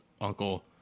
uncle